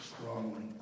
strongly